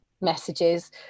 messages